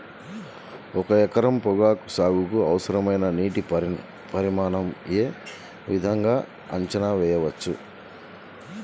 ఒక ఎకరం పొగాకు సాగుకి అవసరమైన నీటి పరిమాణం యే విధంగా అంచనా వేయవచ్చు?